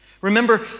Remember